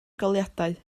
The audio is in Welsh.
goleuadau